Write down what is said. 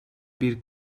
bir